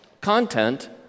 content